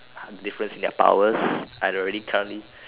difference in their powers I already currently